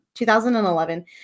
2011